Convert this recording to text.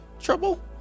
trouble